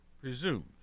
presumed